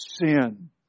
sin